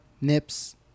Nips